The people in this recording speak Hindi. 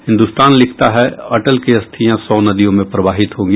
हिन्दुस्तान लिखता है अटल की अस्थियां सौ नदियों में प्रवाहित होगी